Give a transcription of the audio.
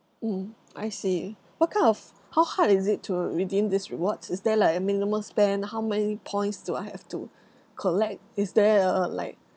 mm I see what kind of how hard is it to redeem this rewards is there like a minimum spend how many points do I have to collect is there a like